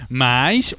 mas